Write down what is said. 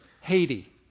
Haiti